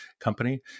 company